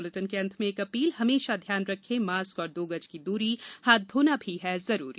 इस बुलेटिन के अंत मे एक अपील हमेशा ध्यान रखे मास्क और दो गज की दूरी हाथ धोना भी है जरूरी